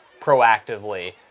proactively